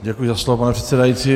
Děkuji za slovo, pane předsedající.